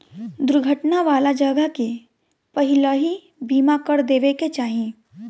दुर्घटना वाला जगह के पहिलही बीमा कर देवे के चाही